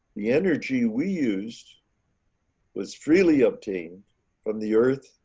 the energy we used was freely obtained from the earth,